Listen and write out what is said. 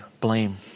blame